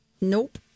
Nope